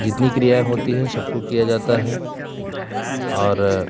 जितनी क्रियाएँ होती है सबको किया जाता है और